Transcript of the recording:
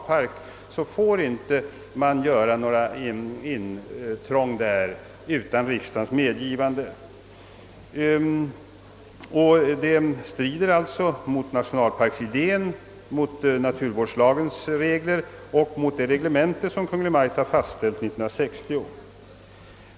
Man får inte göra några intrång på en nationalpark utan riksdagens medgivande. Detta skulle strida mot nationalparksidén, mot naturvårdslagens regler och mot det reglemente som Kungl. Maj:t år 1960 fastställt för Stora Sjöfallets nationalpark.